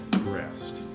rest